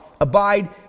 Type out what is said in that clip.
Abide